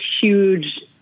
huge